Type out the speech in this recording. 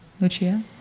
Lucia